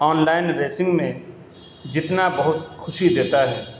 on line racing میں جیتنا بہت خوشی دیتا ہے